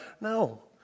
no